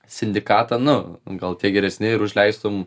sindikatą nu gal tie geresni ir užleistum